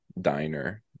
diner